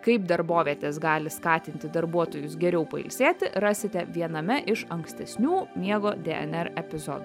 kaip darbovietės gali skatinti darbuotojus geriau pailsėti rasite viename iš ankstesnių miego dnr epizodų